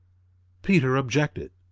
peter objected,